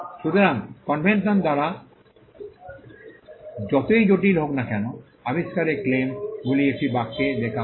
সুতরাং কনভেনশন দ্বারা যতই জটিল হোক না কেন আবিষ্কারের ক্লেম গুলি একটি বাক্যে লেখা হয়